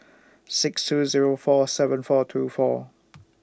six two Zero four seven four two four